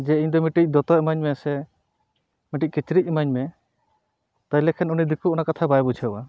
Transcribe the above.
ᱡᱮ ᱤᱧ ᱫᱚ ᱢᱤᱫᱴᱮᱱ ᱫᱚᱛᱚ ᱤᱢᱟᱹᱧ ᱢᱮ ᱥᱮ ᱢᱤᱫᱴᱮᱱ ᱠᱤᱪᱨᱤᱡ ᱤᱢᱟᱹᱧ ᱢᱮ ᱛᱟᱦᱚᱞᱮ ᱠᱷᱟᱱ ᱩᱱᱤ ᱫᱤᱠᱩ ᱚᱱᱟ ᱠᱟᱛᱷᱟ ᱵᱟᱭ ᱵᱩᱡᱷᱟᱹᱣᱟ